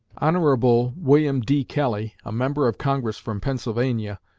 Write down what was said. hon. william d. kelly, a member of congress from pennsylvania,